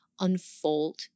unfold